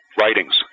writings